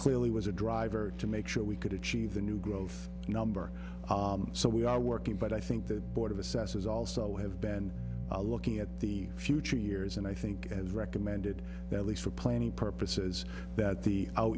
clearly was a driver to make sure we could achieve the new growth number so we are working but i think the board of assessors also have been looking at the future years and i think as recommended their lease for planning purposes that the o